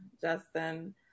Justin